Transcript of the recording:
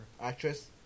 Actress